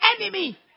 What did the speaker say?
enemy